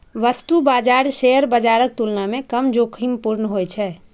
वस्तु बाजार शेयर बाजारक तुलना मे कम जोखिमपूर्ण होइ छै